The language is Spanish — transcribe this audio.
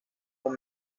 con